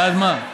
בעד מה?